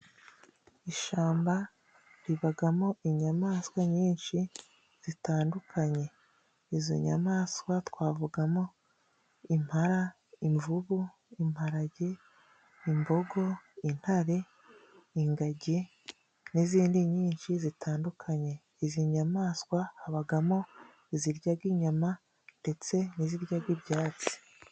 Ishamba ribagamo inyamaswa nyinshi zitandukanye izo nyamaswa twavugamo: impara, imvubu, imparage, imbogo ,intare, ingagi n'izindi nyinshi zitandukanye, izi nyamaswa habagamo iziryaga inyama ndetse n'iziryaga ibyatsi.